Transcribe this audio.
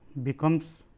becomes